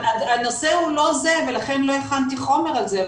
הנושא הוא לא זה ולכן לא הכנתי חומר על זה,